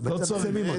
לא צריך.